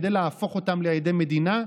כדי להפוך אותם לעדי מדינה,